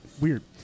Weird